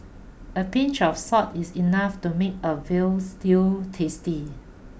a pinch of salt is enough to make a veal stew tasty